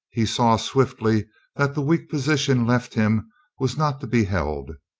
he saw swiftly that the weak position left him was not to be held,